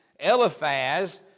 Eliphaz